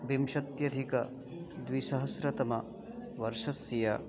विंशत्यधिकद्विसहस्रतमवर्षस्य